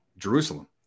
Jerusalem